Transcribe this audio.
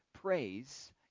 praise